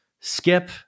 skip